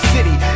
City